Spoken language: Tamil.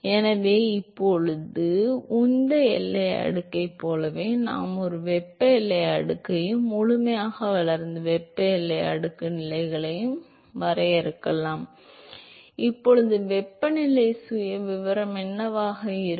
எனவே இப்போது உந்த எல்லை அடுக்கைப் போலவே நாம் ஒரு வெப்ப எல்லை அடுக்கையும் முழுமையாக வளர்ந்த வெப்ப எல்லை அடுக்கு நிலைகளுக்கான ஆட்சியையும் வரையறுக்கலாம் எனவே இப்போது வெப்பநிலை சுயவிவரம் என்னவாக இருக்கும்